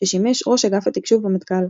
ששימש ראש אגף התקשוב במטכ"ל.